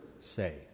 say